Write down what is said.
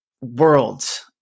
worlds